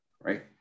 right